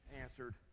answered